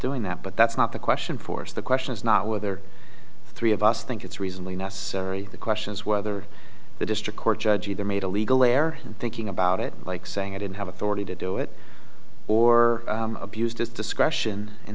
doing that but that's not the question force the question is not whether three of us think it's reasonably nice the question is whether the district court judge either made a legal they're thinking about it like saying i didn't have authority to do it or abused its discretion in